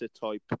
type